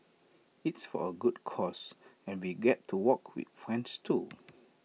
it's for A good cause and we get to walk with friends too